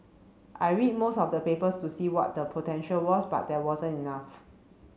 I read most of the papers to see what the potential was but there wasn't enough